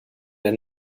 der